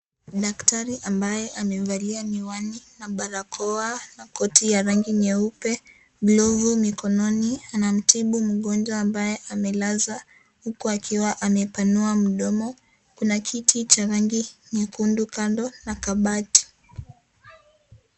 Daktari ambaye amevalia miwani na barakoa na koti ya rangi nyeupe, glovu mikononi anamtibu mgonjwa ambaye amelazwa huku akiwa amepanua mdomo. Kuna kiti cha rangi nyekundu kando na kabati.